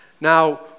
Now